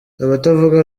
abatavuga